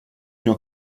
nur